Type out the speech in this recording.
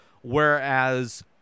whereas